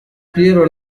piero